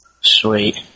Sweet